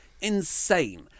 Insane